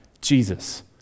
Jesus